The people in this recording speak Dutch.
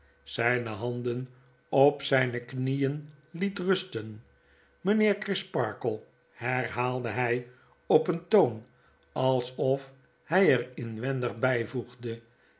zpe handen op zpe knieen liet rusten mpheer crisparkle herhaalde hg op een toon alsof hg er inwendig bgvoegde